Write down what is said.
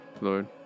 Lord